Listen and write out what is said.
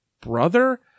brother